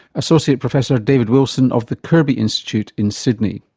associate professor david wilson of the kirby institute in sydney.